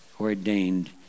ordained